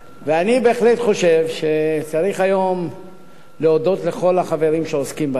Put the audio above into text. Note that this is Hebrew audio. אני בהחלט חושב שצריך היום להודות לכל החברים שעוסקים בעניין.